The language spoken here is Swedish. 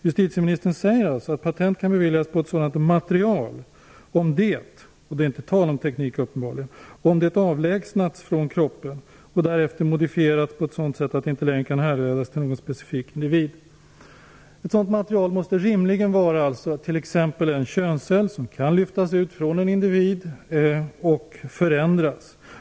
Justitieministern säger alltså att patent kan beviljas på ett sådant material om det - det är uppenbarligen inte tal om teknik - avlägsnats från kroppen och därefter modifierats på ett sådant sätt att det inte längre kan härledas till någon specifik individ. Ett sådant material måste rimligen vara exempelvis en könscell, som kan lyftas ut från en individ och förändras.